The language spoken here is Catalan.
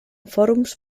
fòrums